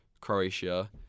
Croatia